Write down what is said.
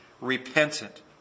repentant